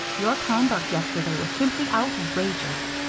your conduct yesterday was simply outrageous.